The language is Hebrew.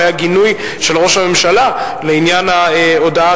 שהיה גינוי של ראש הממשלה בעניין ההודעה